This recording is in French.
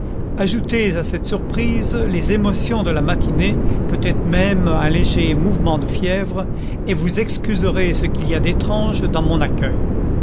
ajoutez à cette surprise les émotions de la matinée peut-être même un léger mouvement de fièvre et vous excuserez ce qu'il y a d'étrange dans mon accueil